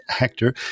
actor